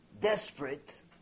desperate